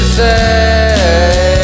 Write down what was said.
say